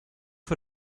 für